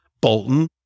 Bolton